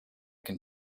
can